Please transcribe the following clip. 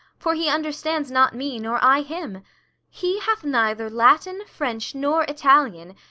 for he understands not me, nor i him he hath neither latin, french, nor italian,